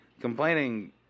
complaining